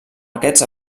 aquests